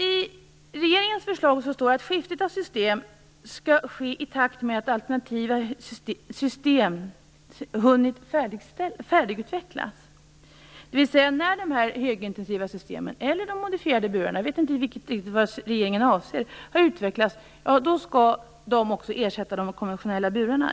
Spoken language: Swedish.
I regeringens förslag står det att skiftet av system skall ske i takt med att alternativa system hunnit färdigutvecklas dvs. när de högintensiva systemen eller de modifierade burarna - jag vet inte riktigt vad regeringen avser - har utvecklats skall de ersätta de konventionella burarna.